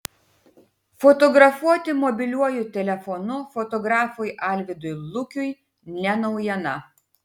fotografuoti mobiliuoju telefonu fotografui alvydui lukiui ne naujiena